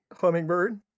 hummingbird